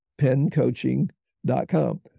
pencoaching.com